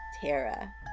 Tara